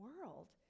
world